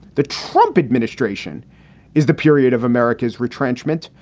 the trump administration is the period of america's retrenchment.